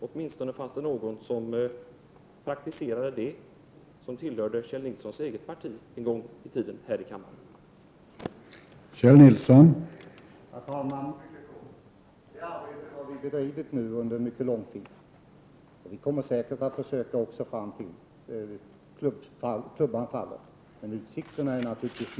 Åtminstone fanns det någon, som tillhörde Kjell Nilssons eget parti, som praktiserade det här i kammaren en gång i tiden.